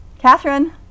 Catherine